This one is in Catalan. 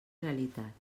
realitat